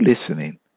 listening